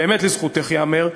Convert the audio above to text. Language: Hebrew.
באמת לזכותך ייאמר.